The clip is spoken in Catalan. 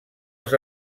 els